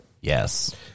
Yes